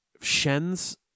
Shen's